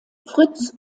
fritz